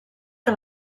que